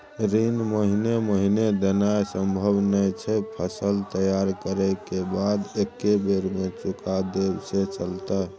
ऋण महीने महीने देनाय सम्भव नय छै, फसल तैयार करै के बाद एक्कै बेर में चुका देब से चलते?